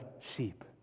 sheep